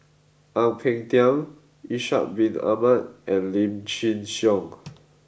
Ang Peng Tiam Ishak Bin Ahmad and Lim Chin Siong